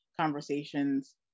conversations